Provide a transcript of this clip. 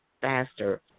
faster